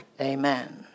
Amen